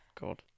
God